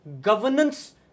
governance